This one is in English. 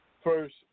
first